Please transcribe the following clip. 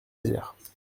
mézières